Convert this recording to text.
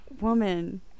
woman